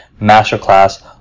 masterclass